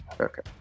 Okay